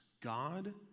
God